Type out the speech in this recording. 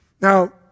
Now